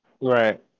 Right